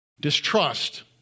distrust